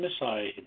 Messiah